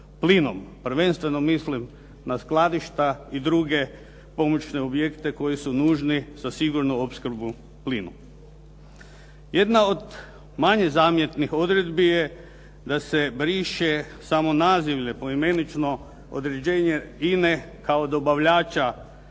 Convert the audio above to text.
plinom. Prvenstveno mislim na skladišta i druge pomoćne objekte koji su nužni za sigurnu opskrbu plinom. Jedna od manje zamjetnih odredbi je da se briše samo nazivlje poimenično određene INA-e kao dobavljača